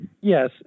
Yes